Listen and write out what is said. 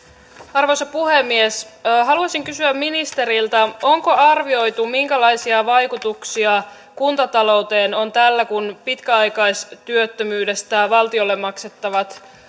arvoisa puhemies haluaisin kysyä ministeriltä onko arvioitu minkälaisia vaikutuksia kuntatalouteen on tällä kun pitkäaikaistyöttömyydestä valtiolle maksettavat